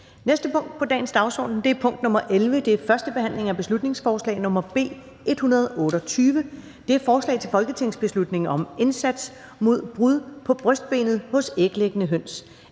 næste punkt på dagsordenen er: 11) 1. behandling af beslutningsforslag nr. B 128: Forslag til folketingsbeslutning om indsats mod brud på brystbenet hos æglæggende høns.